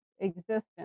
existence